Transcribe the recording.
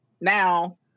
now